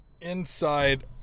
inside